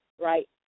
right